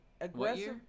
aggressive